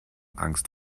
angst